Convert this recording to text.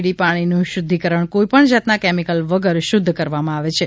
D પાણીનુ શુધ્ધીકરણ કોઇપણ જાતના કેમિકલ વગર શુધ્ધ કરવામાં આવેછે